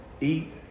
Eat